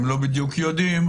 הם לא בדיוק יודעים,